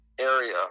area